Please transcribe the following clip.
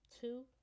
two